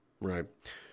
Right